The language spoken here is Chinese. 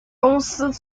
公司